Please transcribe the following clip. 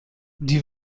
die